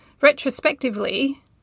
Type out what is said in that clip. retrospectively